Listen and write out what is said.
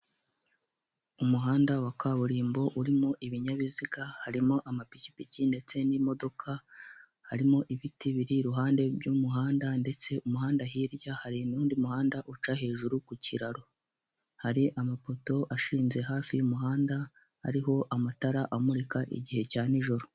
Umuhanda wa kaburimbo urimo ibinyabiziga, harimo amapikipiki ndetse n'imodoka, harimo ibiti biri iruhande rw'umuhanda ndetse ku muhanda hirya hari n'undi muhanda uca hejuru ku kiraro. Hari amapoto ashinze hafi y'umuhanda ariho amatara amurika igihe cya nijoro.